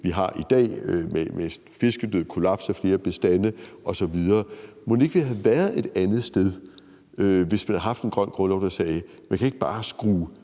vi har i dag, med fiskedød, kollaps af flere bestande osv. Mon ikke vi havde været et andet sted, hvis vi havde haft en grøn grundlov, der sagde, at man ikke bare kan skrue